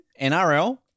NRL